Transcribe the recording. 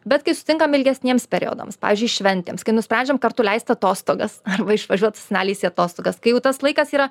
bet kai susitinkame ilgesniems periodams pavyzdžiui šventėms kai nusprendžiam kartu leisti atostogas arba išvažiuot su seneliais į atostogas kai jau tas laikas yra